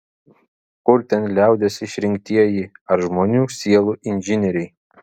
kur ten liaudies išrinktieji ar žmonių sielų inžinieriai